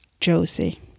Josie